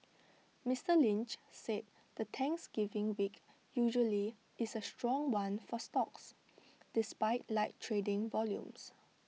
Mister Lynch said the Thanksgiving week usually is A strong one for stocks despite light trading volumes